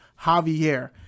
Javier